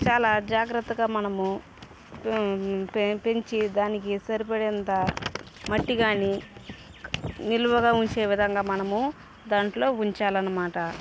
చాలా జాగ్రత్తగా మనము పెంచి దానికి సరిపడేంత మట్టి గానీ నిలువగా ఉంచే విధంగా మనము దాంట్లో ఉంచాలనమాట